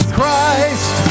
Christ